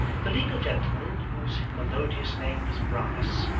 the legal gentleman, whose melodious name was brass,